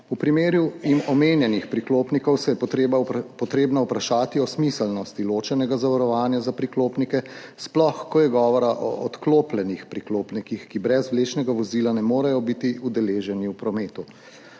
V primeru omenjenih priklopnikov se je treba vprašati o smiselnosti ločenega zavarovanja za priklopnike, sploh ko je govora o odklopljenih priklopnikih, ki brez vlečnega vozila ne morejo biti udeleženi v prometu.